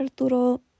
Arturo